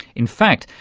in fact,